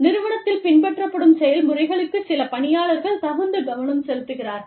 நிறுவனத்தில் பின்பற்றப்படும் செயல்முறைகளுக்கு சில பணியாளர்கள் தகுந்த கவனம் செலுத்துகிறார்கள்